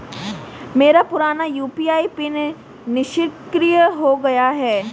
मेरा पुराना UPI PIN निष्क्रिय हो गया है